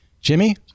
Jimmy